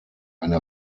eine